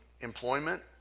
employment